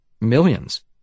Millions